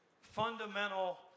fundamental